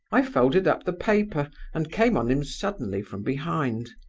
i folded up the paper, and came on him suddenly from behind.